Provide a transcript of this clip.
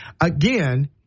Again